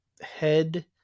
head